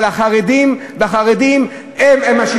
אבל החרדים אשמים.